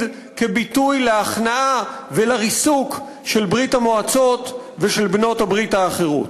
כביטוי להכנעה ולריסוק של ברית-המועצות ושל בעלות-הברית האחרות.